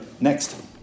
next